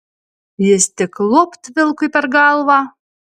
jis tik luopt vilkui per galvą